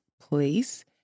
place